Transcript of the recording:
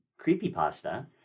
creepypasta